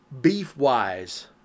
beef-wise